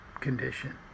condition